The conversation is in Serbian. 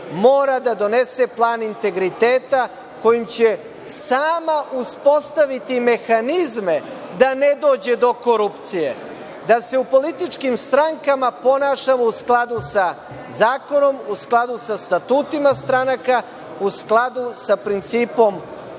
mora da donese plan integriteta kojim će sama uspostaviti mehanizme da ne dođe do korupcije, da se u političkim strankama ponašamo u skladu sa zakonom, u skladu sa statutima stranaka, u skladu sa principom